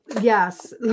yes